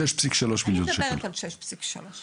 אני מדברת על 6,3 מיליון שקלים.